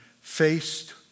faced